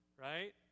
right